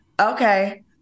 okay